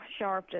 Sharpton